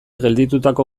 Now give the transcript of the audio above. gelditutako